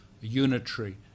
unitary